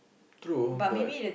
true but